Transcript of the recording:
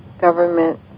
government